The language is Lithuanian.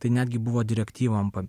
tai netgi buvo direktyvom